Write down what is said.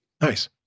Nice